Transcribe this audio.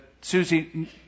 Susie